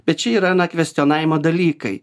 bet čia yra na kvestionavimo dalykai